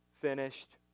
finished